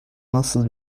nasıl